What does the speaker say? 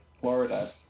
Florida